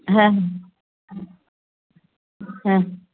हां हां हां